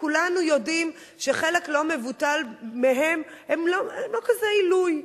כולנו יודעים שחלק לא מבוטל מהם הם לא כאלה עילויים.